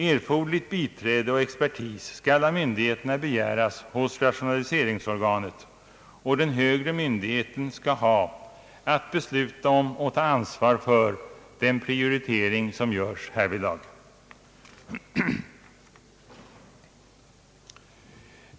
Erforderligt biträde och expertis skall av myndigheterna begäras hos rationaliseringsorganet, och den högre myndigheten skall ha att besluta om och ta ansvar för den prioritering som görs härvidlag.